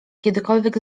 kiedykolwiek